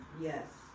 Yes